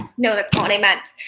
no, that's what i meant.